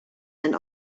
and